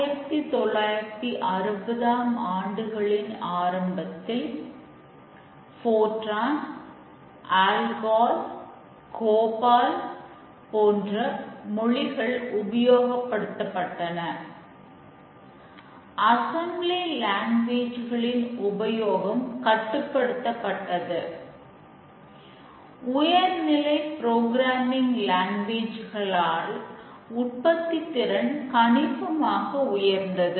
1960ம் ஆண்டுகளின் ஆரம்பத்தில் போட்டான்ஆல் உற்பத்தித் திறன் கணிசமாக உயர்ந்தது